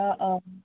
অঁ অঁ